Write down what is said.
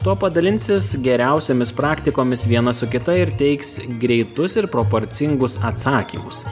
tuopa dalinsis geriausiomis praktikomis viena su kita ir teiks greitus ir proporcingus atsakymus